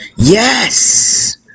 Yes